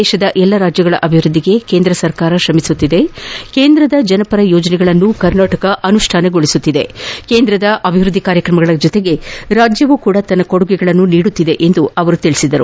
ದೇಶದ ಎಲ್ಲಾ ರಾಜ್ಯಗಳ ಅಭಿವೃದ್ದಿಗೆ ಕೇಂದ್ರ ಸರ್ಕಾರ ಶ್ರಮಿಸುತ್ತಿದೆ ಕೇಂದ್ರದ ಜನಪರ ಯೋಜನೆಗಳನ್ನು ಕರ್ನಾಟಕ ಅನುಷ್ಠಾನಗೊಳಿಸುತ್ತಿದೆ ಕೇಂದ್ರದ ಅಭಿವೃದ್ಧಿ ಕಾರ್ಯಕ್ರಮಗಳ ಜೊತೆಗೆ ರಾಜ್ಯವೂ ತನ್ನ ಕೊಡುಗೆಗಳನ್ನು ನೀಡುತ್ತಿದೆ ಎಂದು ಅವರು ತಿಳಿಸಿದರು